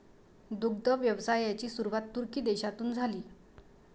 दुग्ध व्यवसायाची सुरुवात तुर्की देशातून झाली